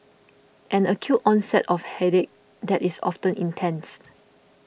an acute onset of headache that is often intense